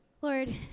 Lord